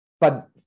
But-